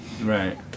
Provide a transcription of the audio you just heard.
Right